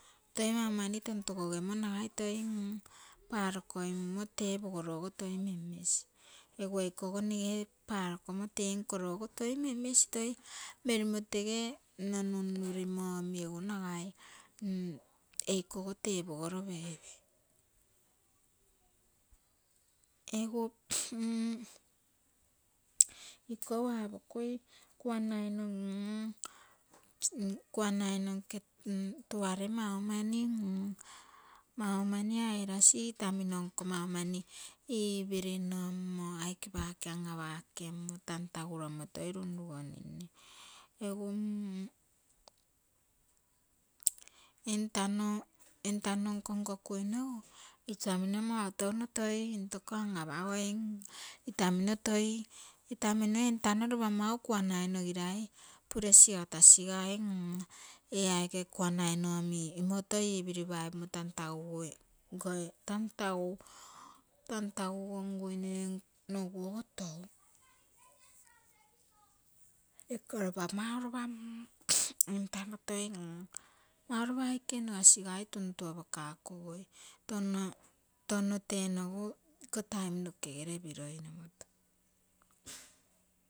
Toi mau mani tontogogemo magai toi parokoimumo tee pogorogo toi memmesi, egu eiko go nge parokomo tee nkorogo toi memmesi, toi merimo tege nno nunnuri mo magai eikogo ke pogoro peipei egu ikou apokui kuanaino, kuanainonke tuare maumani, mau mani airasi itamino nko mau mani ipirinon mo aike pake an-apagako kemmo tantagurommo toi runougonim egu entano, entano nkonkokui nogu itamino mau touno toi intoko an-apagoimi itamino toi, itamimo entano upa mau kuanai nogirai pure sigatasigai e aike kuanaino omi imoto ipiri paipumo tantagugon guine. iko lopa mau lopa entano toi mau lopa aike onogasigui tuntu opakaku tono, tono tenogu iko taim nokegere piroi.